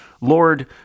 Lord